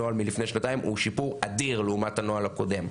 הנוהל מלפני שנתיים הוא שיפור אדיר לעומת הנוהל הקודם,